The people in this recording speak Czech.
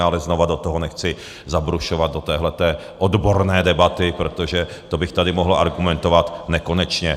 Ale znovu do toho nechci zabrušovat, do této odborné debaty, protože to bych tady mohl argumentovat nekonečně.